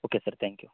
okay sir thank you